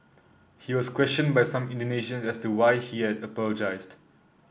he was questioned by some Indonesian as to why he had apologised